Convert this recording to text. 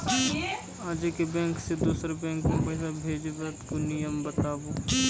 आजे के बैंक से दोसर बैंक मे पैसा भेज ब की नियम या बताबू?